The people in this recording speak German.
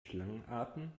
schlangenarten